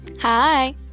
Hi